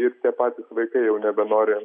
ir tie patys vaikai jau nebenori